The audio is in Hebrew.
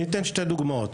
אני אתן שתי דוגמאות.